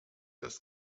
das